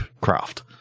craft